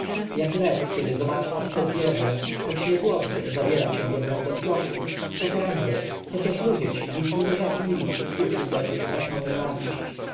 jak lew kiedy zobaczy obce zwierzę choć niegłodny zabiera się jednak do skoku tak ramzes chociaż ludzie ci nic mu nie zawinili uczuł do nich straszną nienawiść